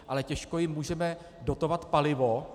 Ale těžko jim můžeme dotovat palivo.